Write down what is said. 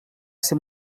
ser